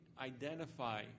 identify